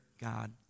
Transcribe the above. God